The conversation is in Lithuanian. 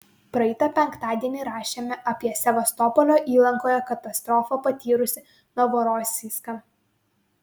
praeitą penktadienį rašėme apie sevastopolio įlankoje katastrofą patyrusį novorosijską